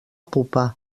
pupa